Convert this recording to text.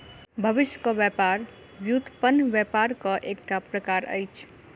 भविष्यक व्यापार व्युत्पन्न व्यापारक एकटा प्रकार अछि